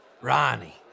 Ronnie